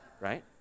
right